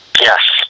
Yes